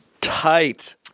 tight